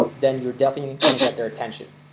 then you're definitely going to get their attention.